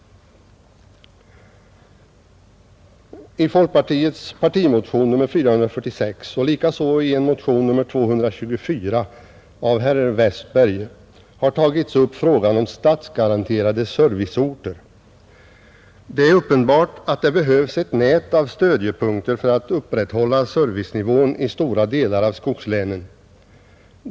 I folkpartiets nyssnämnda partimotion nr 446 och likaså i motion nr 224 av herr Westberg i Ljusdal m.fl. har tagits upp frågan om statsgaranterade serviceorter. Det är uppenbart att det behövs ett nät av stödjepunkter för att upprätthålla servicenivån i stora delar av skogslänen.